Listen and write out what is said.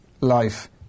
life